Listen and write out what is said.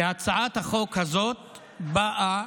שהצעת החוק הזאת באה